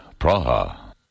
Praha